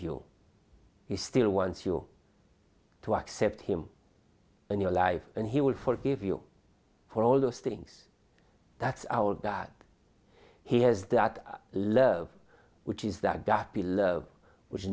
you he still wants you to accept him and your life and he will forgive you for all those things that's out that he has that love which is